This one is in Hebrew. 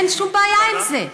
אין שום בעיה עם זה.